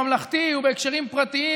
הממלכתי ובהקשרים פרטיים,